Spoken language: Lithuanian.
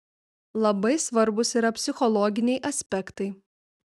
labai svarbūs yra psichologiniai aspektai